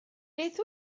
beth